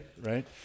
Right